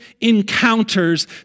encounters